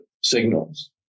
signals